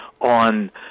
on